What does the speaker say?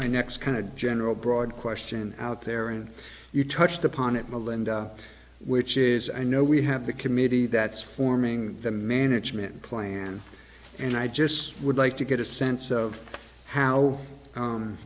my next kind of general broad question out there and you touched upon it melinda which is i know we have the committee that's forming the management plan and i just would like to get a sense of how